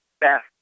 best